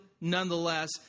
nonetheless